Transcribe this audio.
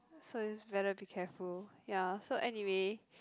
so is better be careful ya so anyway